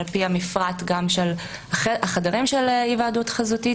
גם על פי המפרט של החדרים של היוועדות חזותית